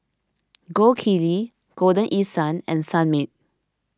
Gold Kili Golden East Sun and Sunmaid